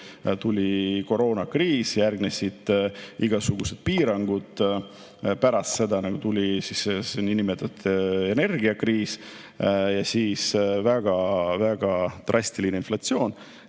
tuli koroonakriis, järgnesid igasugused piirangud, pärast seda tuli niinimetatud energiakriis ja siis väga drastiline inflatsioon